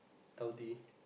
L_D